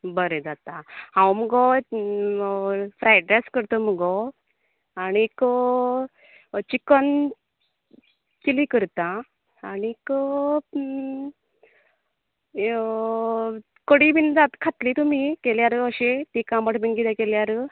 बरे जाता हांव मगो फ्रायडरायस करता मगो आनीक चिकन चिली करता आनीक कडी बीन जात खातली तुमी केल्यार अशी तीख आमट बीन अशी केल्यार